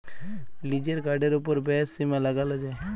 লিজের কার্ডের ওপর ব্যয়ের সীমা লাগাল যায়